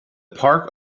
park